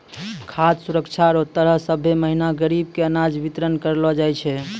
खाद सुरक्षा रो तहत सभ्भे महीना गरीब के अनाज बितरन करलो जाय छै